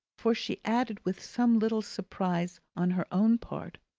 for she added with some little surprise on her own part,